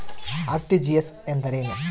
RTGS ಎಂದರೇನು?